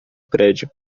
prédio